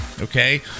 okay